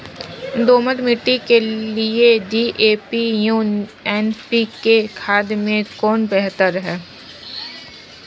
दोमट मिट्टी के लिए डी.ए.पी एवं एन.पी.के खाद में कौन बेहतर है?